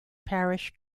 parish